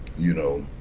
you know?